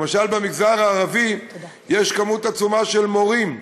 למשל, במגזר הערבי יש כמות עצומה של מורים.